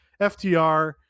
FTR